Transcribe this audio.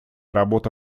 работа